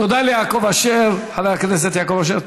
תודה ליעקב אשר, חבר הכנסת יעקב אשר.